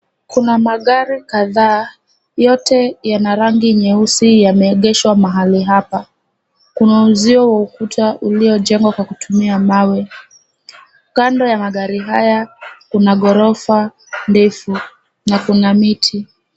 Kuna magari kadaa, yote yana rangi nyeusi yameegeshwa mahali hapa. Kuna uzio wa ukuta uliojengwa kwa kutumia mawe. Kando ya magari haya kuna ghorofa ndefu, na kuna miti.